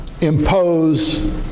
impose